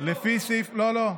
לפי סעיף, לא, לא.